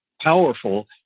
powerful